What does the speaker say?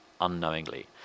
Unknowingly